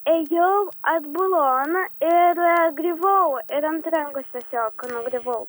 ėjau atbulom ir griuvau ir ant rankos tiesiog nugriuvau